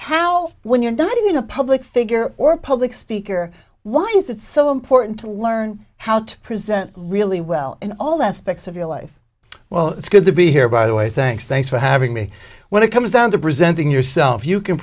how when you're not even a public figure or public speaker why is it so important to learn how to present really well in all aspects of your life well it's good to be here by the way thanks thanks for having me when it comes down to presenting yourself you can